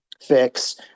fix